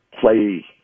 play